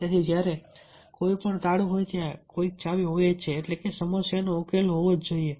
તેથી જ્યારે પણ કોઈ તાળું હોય ત્યાં કોઈક ચાવી હોવી જોઈએ એટલે કે સમસ્યાનો કોઈ ઉકેલ હોવો જોઈએ